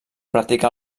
practicà